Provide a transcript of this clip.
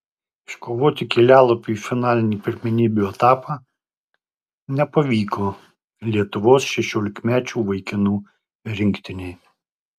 iškovoti kelialapio į finalinį pirmenybių etapą nepavyko lietuvos šešiolikmečių vaikinų rinktinei